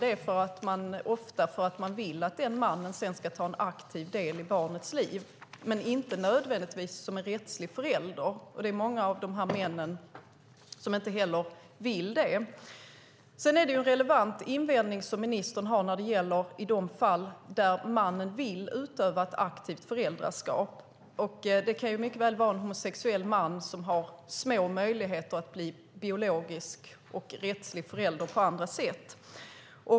Ofta gör man det för att man vill att denne man ska ta en aktiv del i barnets liv men inte nödvändigtvis som rättslig förälder. Många män vill inte heller det. Ministern har en relevant invändning när det gäller de fall där mannen vill utöva ett aktivt föräldraskap. Det kan mycket väl vara en homosexuell man som har små möjligheter att bli biologisk och rättslig förälder på andra sätt.